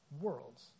worlds